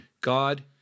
God